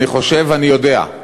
אני חושב, ואני יודע,